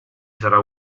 sarà